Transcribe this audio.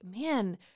man